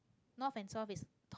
north and south is